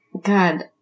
God